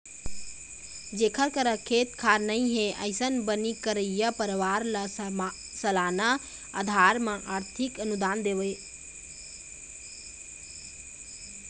जेखर करा खेत खार नइ हे, अइसन बनी करइया परवार ल सलाना अधार म आरथिक अनुदान देवई